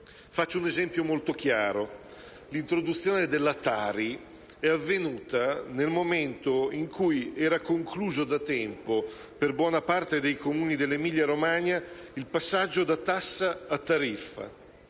Faccio un esempio molto chiaro: l'introduzione della TARI è avvenuta nel momento in cui era concluso da tempo, per buona parte dei Comuni dell'Emilia-Romagna, il passaggio da tassa a tariffa.